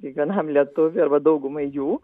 kiekvienam lietuviui arba daugumai jų